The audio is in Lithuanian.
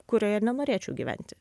kurioje nenorėčiau gyventi